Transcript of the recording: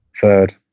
third